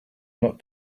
not